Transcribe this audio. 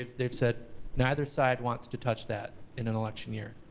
they've said neither side wants to touch that in an election year.